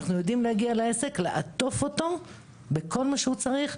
אנחנו יודעים להגיע לעסק ולעטוף אותו בכל מה שהוא צריך.